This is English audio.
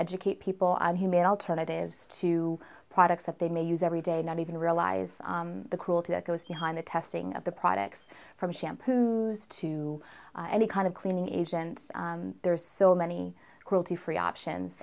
educate people on humane alternatives to products that they may use every day not even realize the cruelty that goes behind the testing of the products from shampoos to any kind of cleaning agents there's so many cruelty free options